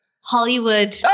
Hollywood